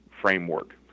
framework